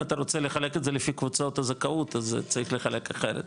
אם אתה רוצה לחלק את זה לפי קבוצת הזכאות אז צריך לחלק אחרת,